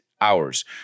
hours